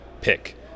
pick